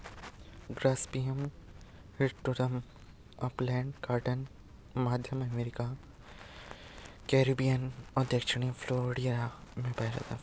Gossypium hirsutum upland cotton, मध्य America, Caribbean और दक्षिणी फ्लोरिडा में पाया जाता है